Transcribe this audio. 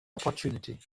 opportunity